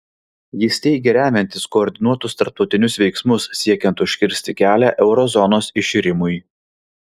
jis teigė remiantis koordinuotus tarptautinius veiksmus siekiant užkirsti kelią euro zonos iširimui